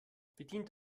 bedient